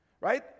right